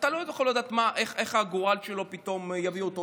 אתה לא יכול לדעת למה הגורל שלו פתאום יביא אותו,